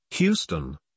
Houston